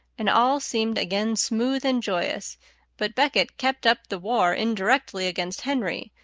and all seemed again smooth and joyous but becket kept up the war indirectly against henry,